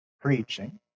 preaching